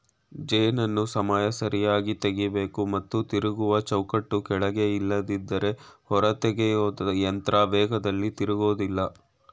ಜೇನನ್ನು ಸಮಯ ಸರಿಯಾಗಿ ತೆಗಿಬೇಕು ಮತ್ತು ತಿರುಗುವ ಚೌಕಟ್ಟು ಕೆಳಗೆ ಇಲ್ದಿದ್ರೆ ಹೊರತೆಗೆಯೊಯಂತ್ರ ವೇಗದಲ್ಲಿ ತಿರುಗೋದಿಲ್ಲ